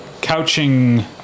couching